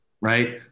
Right